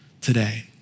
today